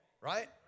Right